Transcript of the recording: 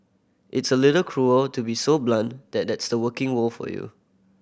it's a little cruel to be so blunt that that's the working world for you